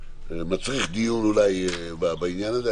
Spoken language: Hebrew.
שמצריך אולי דיון בעניין הזה.